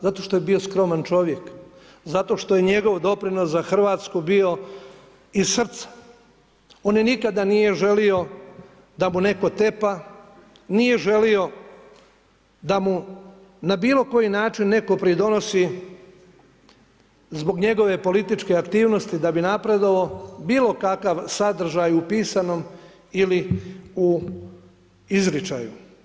Zato što je bio skroman čovjek, zato što je njegov doprinos za Hrvatsku bio iz srca, on nikada nije želio da mu netko tepa, nije želio da mu na bilo koji način netko pridonosi zbog njegove političke aktivnosti da bi napredovao, bilo kakav sadržaj u pisanom ili u izričaju.